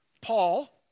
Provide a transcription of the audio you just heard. Paul